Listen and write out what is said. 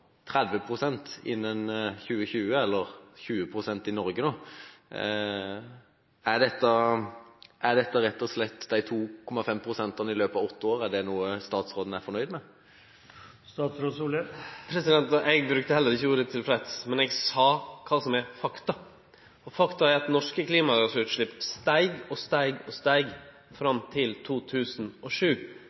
pst.-målet innen 2020, eller 20 pst. i Norge. Er en reduksjon på 2,5 pst. i løpet av åtte år noe statsråden er fornøyd med? Eg brukte heller ikkje ordet «tilfreds», men eg sa kva som er fakta. Fakta er at norske klimagassutslepp steig og steig og steig fram til 2007,